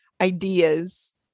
ideas